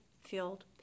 filled